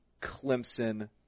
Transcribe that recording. Clemson